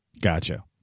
Gotcha